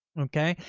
okay.